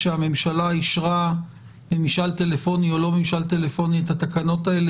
כשהממשלה אישרה במשאל טלפוני או לא במשאל טלפוני את התקנות האלה,